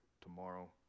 tomorrow